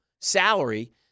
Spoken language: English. salary